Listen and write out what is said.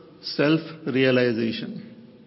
self-realization